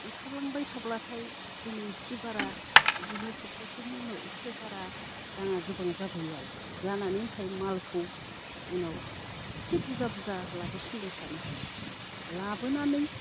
ओंखारलांबाय थाब्लाथाय दिनै इसे बारा इदिनो सफ्थासेनि उनाव इसे बारा राङा गोबां जाबोयो आरो जानानै ओमफ्राय मालखौ उनाव इसे बुरजा बुरजा लाबोसिनबाय थानो हायो लाबोनानै